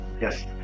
Yes